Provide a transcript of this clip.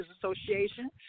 Association